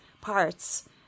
parts